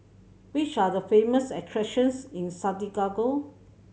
which are the famous attractions in Santiago